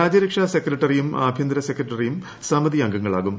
രാജ്യരക്ഷാ സെക്രട്ടറിയും ആഭ്യന്തര് സ്ക്രിട്ടറിയും സമിതി അംഗങ്ങളാകും